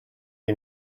you